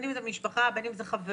בין אם זה משפחה ובין אם זה חברים,